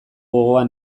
gogoa